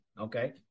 Okay